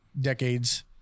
decades